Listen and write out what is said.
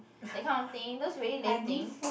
that kind of thing just very lame thing